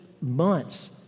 months